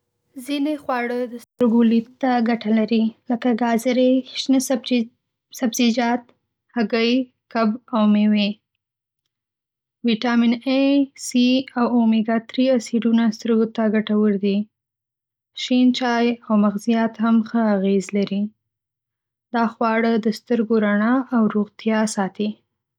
ځینې خواړه د سترګو لید ته ګټه لري. لکه گازرې، شنه سبزيجات، هګۍ، کب، او مېوې. ویټامین A، C، او اومیګا-۳ اسیدونه سترګو ته ګټور دي. شین چای او مغزیات هم ښه اغېز لري. دا خواړه د سترګو رڼا او روغتیا ساتي.